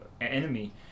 enemy